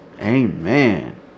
Amen